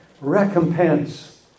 recompense